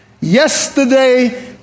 yesterday